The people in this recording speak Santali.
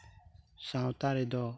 ᱥᱟᱶᱛᱟ ᱨᱮᱫᱚ